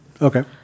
Okay